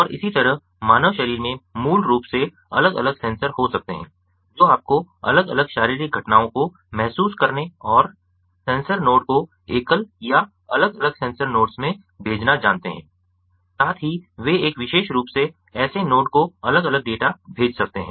और इसी तरह मानव शरीर में मूल रूप से अलग अलग सेंसर हो सकते हैं जो आपको अलग अलग शारीरिक घटनाओं को महसूस करने और सेंसर नोड को एकल या अलग अलग सेंसर नोड्स में भेजना जानते हैं साथ ही वे एक विशेष रूप से ऐसे नोड को अलग अलग डेटा भेज सकते हैं